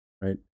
Right